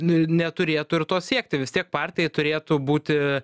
n neturėtų ir to siekti vis tiek partijai turėtų būti